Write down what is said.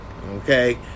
Okay